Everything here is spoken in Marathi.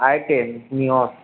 I ten Nios